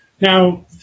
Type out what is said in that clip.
Now